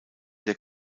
der